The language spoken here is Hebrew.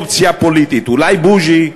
לאופציה פוליטית: אולי בוז'י?